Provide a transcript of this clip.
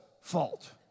fault